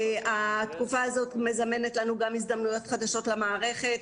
התקופה הזאת מזמנת גם הזדמנויות חדשות למערכת,